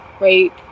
right